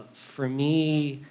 for me,